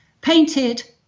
painted